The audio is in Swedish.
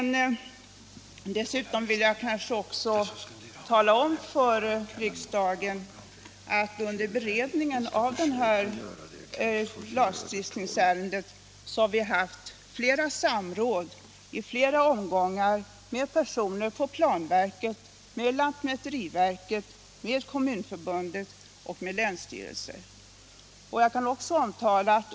Vid beredningen av det här lagstiftningsärendet har vi haft samråd i flera omgångar med personer på planverket, med lantmäteriverket, med Kommunförbundet och med länsstyrelser.